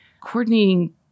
coordinating